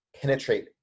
penetrate